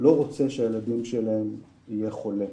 לא רוצה שהילדים שלהם יהיו חולים.